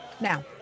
Now